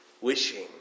Wishing